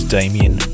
Damien